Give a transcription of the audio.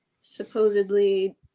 supposedly